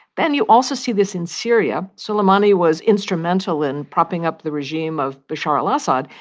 then you also see this in syria. soleimani was instrumental in propping up the regime of bashar al-assad.